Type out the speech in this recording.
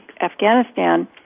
Afghanistan